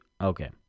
Okay